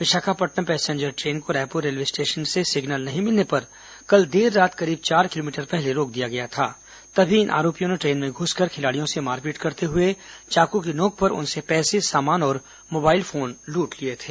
Visakhapatnam passenger train को Raipur railway station से signal नहीं मिलने पर कल देर रात करीब चार किलोमीटर पहले रोक दिया गया था तभी इन आरोपियों ने ट्रेन में घुसकर खिलाड़ियों से मारपीट करते हुए चाकू की नोंक पर उनके पैसे सामान और मोबाइल फोन लूट लिए थे